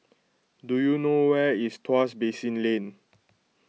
do you know where is Tuas Basin Lane